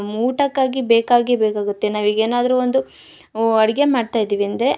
ಊಟಕ್ಕಾಗಿ ಬೇಕಾಗಿ ಬೇಕಾಗುತ್ತೆ ನಾವೀಗ ಏನಾದ್ರು ಒಂದು ಅಡಿಗೆ ಮಾಡ್ತಾಯಿದ್ದೀವಿ ಅಂದರೆ